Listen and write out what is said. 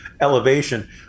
elevation